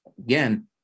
Again